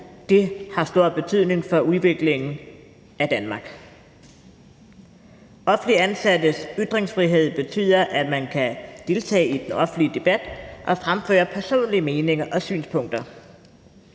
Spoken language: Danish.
er, har stor betydning for udviklingen af Danmark. Offentligt ansattes ytringsfrihed betyder, at man kan deltage i den offentlige debat og fremføre personlige meninger og synspunkter.